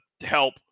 help